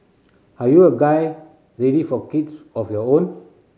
are you a guy ready for kids of your own